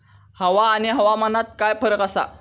हवा आणि हवामानात काय फरक असा?